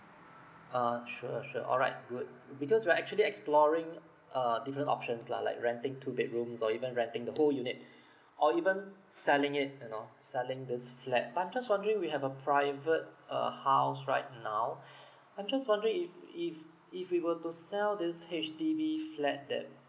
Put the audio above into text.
uh sure sure alright good because we're actually exploring uh different options lah like renting two bedrooms or even renting the whole unit or even selling it you know selling this flat but I'm just wondering we have a private uh house right now I'm just wondering if if if we were to sell this H_D_B flat that